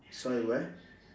sorry where